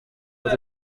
was